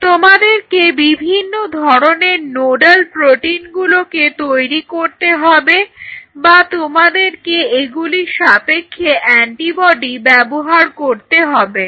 তোমাদেরকে বিভিন্ন ধরনের নোডাল প্রোটিনগুলোকে তৈরি করতে হবে বা তোমাদেরকে এগুলির সাপেক্ষে অ্যান্টিবডি ব্যবহার করতে হবে